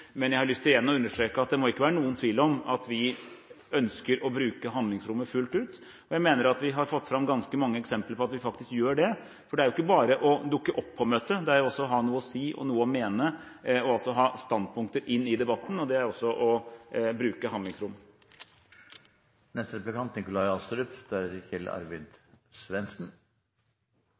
men jeg har lyst til igjen å understreke at det må ikke være noen tvil om at vi ønsker å bruke handlingsrommet fullt ut. Jeg mener at vi har fått fram ganske mange eksempler på at vi faktisk gjør det. For det er ikke bare å dukke opp på møter, det er jo også å ha noe å si og noe å mene og ha standpunkter inn i debatten. Det er også å bruke